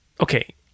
Okay